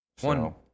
One